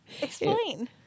explain